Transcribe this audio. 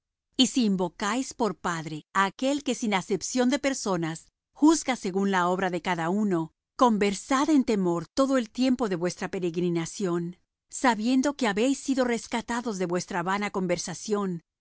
y si invocáis por padre á aquel que sin acepción de personas juzga según la obra de cada uno conversad en temor todo el tiempo de vuestra peregrinación sabiendo que habéis sido rescatados de vuestra vana conversación